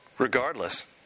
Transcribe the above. Regardless